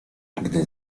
gdy